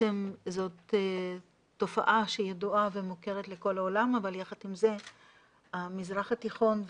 זאת תופעה שידועה ומוכרת לכל העולם אבל יחד עם זאת המזרח התיכון,